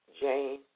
Jane